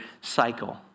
cycle